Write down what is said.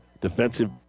defensive